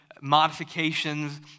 modifications